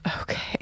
Okay